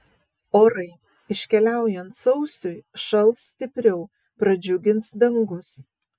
orai iškeliaujant sausiui šals stipriau pradžiugins dangus